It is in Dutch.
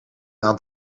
aan